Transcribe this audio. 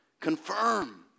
Confirm